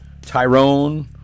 Tyrone